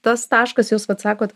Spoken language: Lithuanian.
tas taškas jūs vat sakot